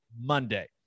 Monday